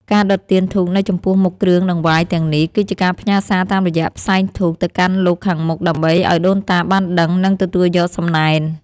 ការដុតទៀនធូបនៅចំពោះមុខគ្រឿងដង្វាយទាំងនេះ គឺជាការផ្ញើសារតាមរយៈផ្សែងធូបទៅកាន់លោកខាងមុខដើម្បីឱ្យដូនតាបានដឹង និងទទួលយកសំណែន។